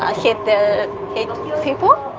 ah the people